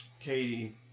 Katie